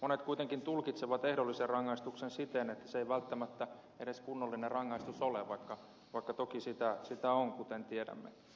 monet kuitenkin tulkitsevat ehdollisen rangaistuksen siten että se ei välttämättä edes kunnollinen rangaistus ole vaikka toki sitä on kuten tiedämme